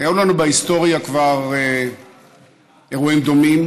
היו לנו בהיסטוריה כבר אירועים דומים,